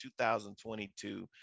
2022